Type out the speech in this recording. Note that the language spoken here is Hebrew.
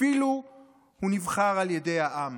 אפילו הוא נבחר על ידי העם"